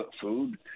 food